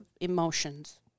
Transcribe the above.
emotions